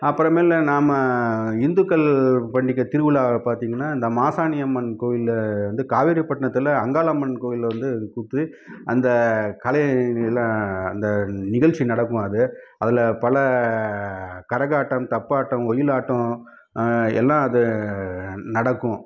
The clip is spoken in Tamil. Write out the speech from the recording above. அப்பறமேல் நாம இந்துக்கள் பண்டிகைத் திருவிழா பார்த்திங்கன்னா இந்த மாசாணியம்மன் கோயில் வந்து காவேரிப்பட்டினத்தில் அங்காளம்மன் கோயில் வந்து கூத்து அந்தக் கலை அந்த நிகழ்ச்சி நடக்கும் அது அதில் பல கரகாட்டம் தப்பாட்டம் ஒயிலாட்டம் எல்லாம் அது நடக்கும்